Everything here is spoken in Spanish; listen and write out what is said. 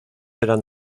eran